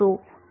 उदा